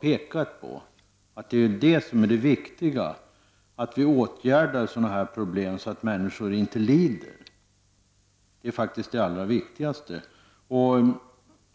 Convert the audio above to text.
Det är det som är det allra viktigaste, att vi åtgärdar sådana här problem för att bespara människorna lidande.